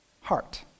heart